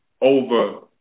over